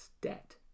debt